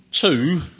two